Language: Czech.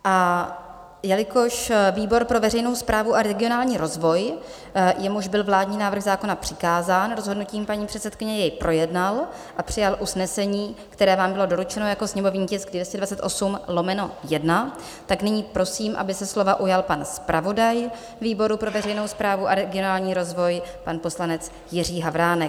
A jelikož výbor pro veřejnou správu a regionální rozvoj, jemuž byl vládní návrh zákona přikázán rozhodnutím paní předsedkyně, jej projednal a přijal usnesení, které vám bylo doručeno jako sněmovní tisk 228/1, tak nyní prosím, aby se slova ujal pan zpravodaj výboru pro veřejnou správu a regionální rozvoj, pan poslanec Jiří Havránek.